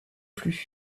plus